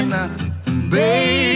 Baby